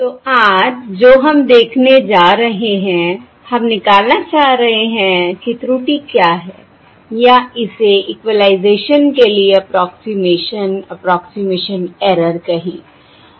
तो आज जो हम देखने जा रहे हैं हम निकालना चाह रहे हैं कि त्रुटि क्या है या इसे इक्वलाइजेशन के लिए approximation 'approximation' 'approximation error' 'approximation error' कहें